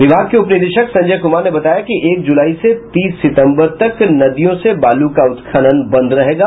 विभाग के उपनिदेश संजय कुमार ने बताया कि एक जुलाई से तीस सितंबर तक नदियों से बालू का उत्खनन बंद रहेगा